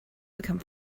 become